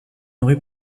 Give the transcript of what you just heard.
rue